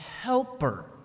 helper